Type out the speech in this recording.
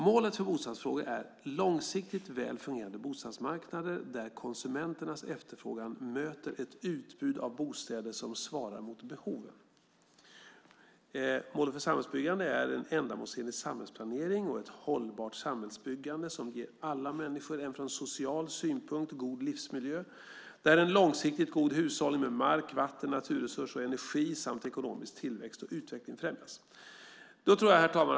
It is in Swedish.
Målet för bostadsfrågor är långsiktigt väl fungerande bostadsmarknader där konsumenternas efterfrågan möter ett utbud av bostäder som svarar mot behoven. Målet för samhällsbyggande är en ändamålsenlig samhällsplanering och ett hållbart samhällsbyggande som ger alla människor en från social synpunkt god livsmiljö, där en långsiktigt god hushållning med mark, vatten, naturresurser och energi samt ekonomisk tillväxt och utveckling främjas. Herr talman!